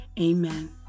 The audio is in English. Amen